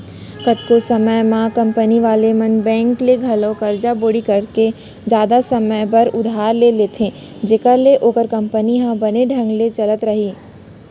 कतको समे म कंपनी वाले मन बेंक ले घलौ करजा बोड़ी करके जादा समे बर उधार ले लेथें जेखर ले ओखर कंपनी ह बने ढंग ले चलत राहय